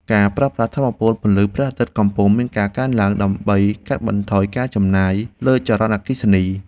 ការប្រើប្រាស់ថាមពលពន្លឺព្រះអាទិត្យកំពុងមានការកើនឡើង ដើម្បីកាត់បន្ថយការចំណាយលើចរន្តអគ្គិសនី។